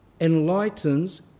enlightens